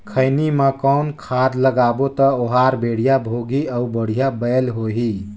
खैनी मा कौन खाद लगाबो ता ओहार बेडिया भोगही अउ बढ़िया बैल होही?